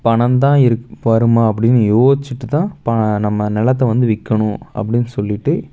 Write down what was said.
பணந்தான் இருக் இப்போ வருமா அப்படினு யோச்சிட்டுதான் ப நம்ம நிலத்தை வந்து விற்கணும் அப்படினு சொல்லிட்டு